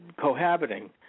cohabiting